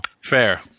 Fair